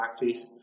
blackface